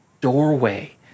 doorway